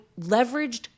leveraged